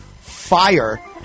Fire